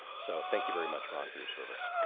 so thank you very much, ron, for your service.